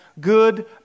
Good